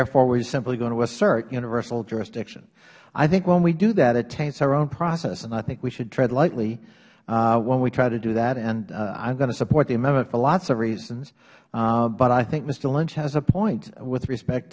therefore we are simply going to assert universal jurisdiction i think when we do that it taints our own process and i think we should tread lightly when we try to do that and i am going to support the amendment for lots of reasons but i think mister lynch has a point with respect